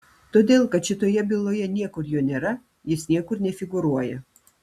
todėl kad šitoje byloje niekur jo nėra jis niekur nefigūruoja